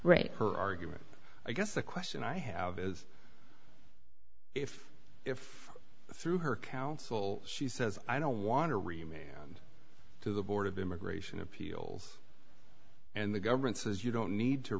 rape her argument i guess the question i have is if if through her counsel she says i don't want to remain to the board of immigration appeals and the government says you don't need to